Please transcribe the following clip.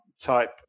type